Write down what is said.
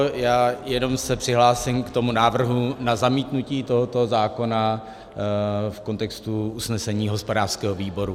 Já se jenom přihlásím k návrhu na zamítnutí tohoto zákona v kontextu usnesení hospodářského výboru.